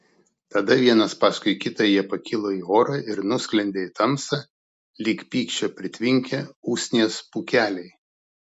tada vienas paskui kitą jie pakilo į orą ir nusklendė į tamsą lyg pykčio pritvinkę usnies pūkeliai